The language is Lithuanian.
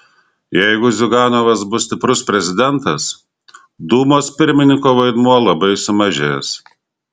jeigu ziuganovas bus stiprus prezidentas dūmos pirmininko vaidmuo labai sumažės